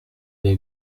the